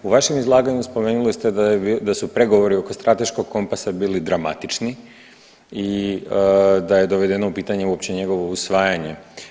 U vašem izlaganju spomenuli ste da su pregovori oko strateškog kompasa bili dramatični i da je dovedeno pitanje uopće njegovo usvajanje.